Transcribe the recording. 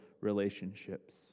relationships